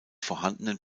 vorhandenen